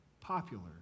popular